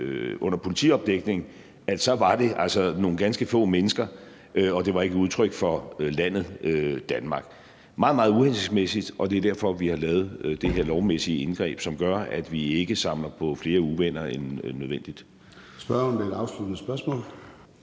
under politiopdækning, var det altså nogle ganske få mennesker og ikke var et udtryk for landet Danmark. Det var meget, meget uhensigtsmæssigt, og det er derfor, vi har lavet det her lovmæssige indgreb, som gør, at vi ikke samler på flere uvenner end nødvendigt.